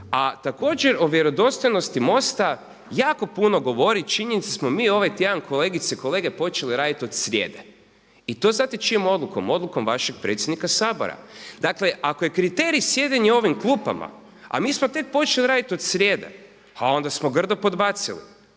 a također o vjerodostojnosti MOST-a jako puno govori, činjenica da smo mi ovaj tjedan kolegice i kolege počeli raditi od srijede i to znate čijom odlukom, odlukom vašeg predsjednika Sabora. Dakle ako je kriterij sjedenje u ovim klupama, a mi smo tek počeli raditi od srijedi, a onda smo grdo podbacili.